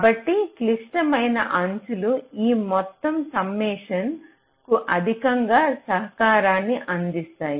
కాబట్టి క్లిష్టమైన అంచులు ఈ మొత్తం సమ్మషన్కు అధిక సహకారాన్ని అందిస్తాయి